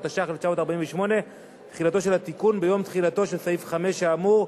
התש"ח 1948. תחילתו של התיקון ביום תחילתו של סעיף 5 האמור,